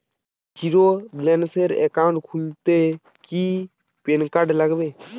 Zero balance account খুলতে কি PAN card লাগে?